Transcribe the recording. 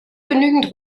genügend